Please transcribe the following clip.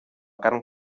carn